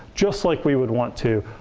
just like we would want to.